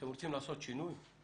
אתם רוצים לעשות שינוי?